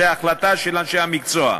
וזו החלטה של אנשי המקצוע.